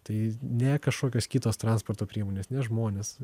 tai ne kažkokios kitos transporto priemonės ne žmonės